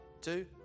two